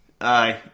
Aye